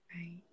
Right